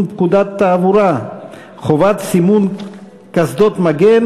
פקודת התעבורה (חובת סימון קסדת מגן